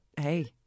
hey